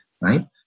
right